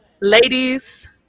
ladies